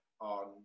on